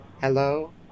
hello